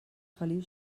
feliu